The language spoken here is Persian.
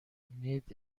مید